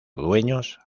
dueños